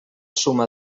suma